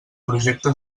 projecte